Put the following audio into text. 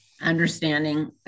understanding